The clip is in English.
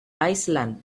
iceland